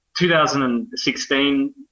2016